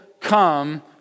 come